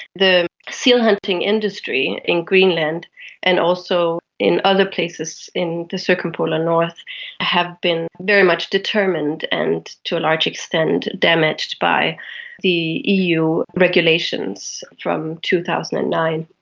the seal hunting industry in greenland and also in other places in the circumpolar north have been very much determined and to a large extent damaged by the eu regulations from two thousand and nine.